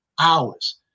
hours